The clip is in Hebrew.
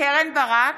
קרן ברק,